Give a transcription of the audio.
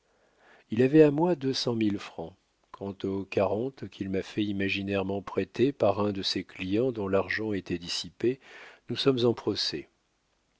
il avait à moi deux cent mille francs quant aux quarante qu'il m'a fait imaginairement prêter par un de ses clients dont l'argent était dissipé nous sommes en